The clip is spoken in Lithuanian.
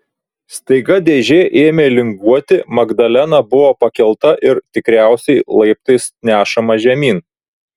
staiga dėžė ėmė linguoti magdalena buvo pakelta ir tikriausiai laiptais nešama žemyn